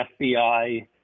FBI